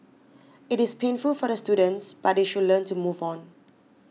it is painful for the students but they should learn to move on